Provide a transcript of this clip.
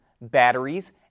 batteries